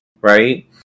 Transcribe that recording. Right